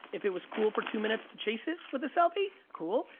if it was cool for two minutes to chase it with the selfie, cool.